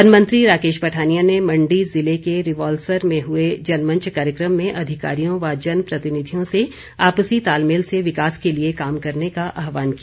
one मंत्री राकेश पठानिया ने मंडी ज़िले के रिवाल्सर में हुए जनमंच कार्यक्रम में अधिकारियों व जन प्रतिनिधियों से आपसी तालमेल से विकास के लिए काम करने का आहवान किया